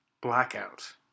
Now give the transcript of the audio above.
Blackout